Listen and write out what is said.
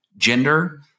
gender